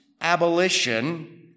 abolition